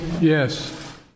Yes